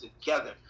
together